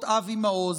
לעשות?